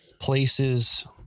places